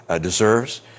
deserves